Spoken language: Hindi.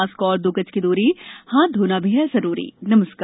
मास्क और दो गज की दूरी हाथ धोना भी है जरुरी नमस्कार